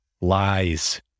lies